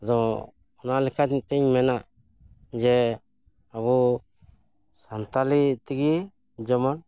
ᱟᱫᱚ ᱚᱱᱟ ᱞᱮᱱᱠᱟᱛᱤᱧ ᱢᱮᱱᱟ ᱡᱮ ᱟᱵᱚ ᱥᱟᱱᱛᱟᱞᱤ ᱛᱮᱜᱮ ᱡᱮᱢᱚᱱ